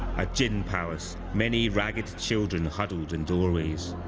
a gin palace, many ragged children huddled in doorways.